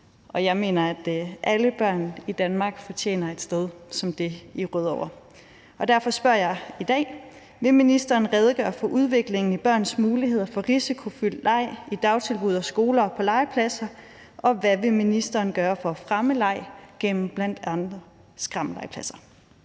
sig. Jeg mener, at alle børn i Danmark fortjener et sted som det i Rødovre. Derfor spørger jeg i dag: Vil ministeren redegøre for udviklingen i børns muligheder for risikofyldt leg i dagtilbud og skoler og på legepladser, og hvad vil ministeren gøre for at fremme leg gennem bl.a. skrammellegepladser?